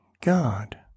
God